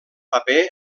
paper